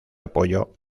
apoyo